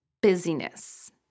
Busyness